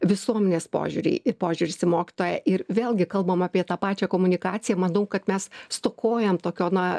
visuomenės požiūrį ir požiūris į mokytoją ir vėlgi kalbam apie tą pačią komunikaciją manau kad mes stokojam tokio na